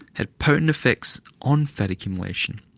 had potent effects on fat accumulation,